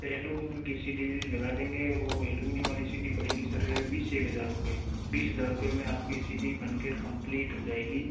aluminium की सीढी लगा देंगे वो एलूमिनियम वाली सीढ़ी पड़ेगी सर बीस एक हजार रुपए बीस हजार रुपये में आपकी सीढ़ी बनकर कंप्लीट हो जाएगी